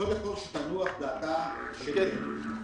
קודם כל שתנוח דעתה של קטי שטרית.